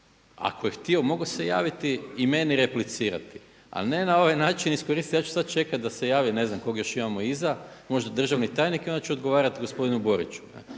ako je htio mogao se javiti i meni replicirati, ali ne na ovaj način iskoristiti. Ja ću sad čekati da se javi ne znam kog još imamo iza. Možda državni tajnik i onda ću odgovarati gospodinu Boriću.